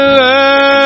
love